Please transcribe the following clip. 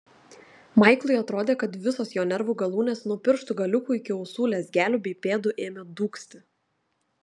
maiklui atrodė kad visos jo nervų galūnės nuo pirštų galiukų iki ausų lezgelių bei pėdų ėmė dūgzti